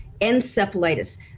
encephalitis